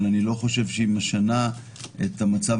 אבל אני לא חושב שהיא משנה את המצב